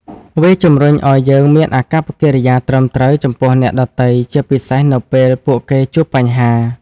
វាជំរុញឱ្យយើងមានអាកប្បកិរិយាត្រឹមត្រូវចំពោះអ្នកដទៃ ជាពិសេសនៅពេលពួកគេជួបបញ្ហា។